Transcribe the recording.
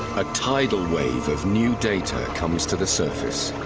a tidal wave of new data comes to the surface.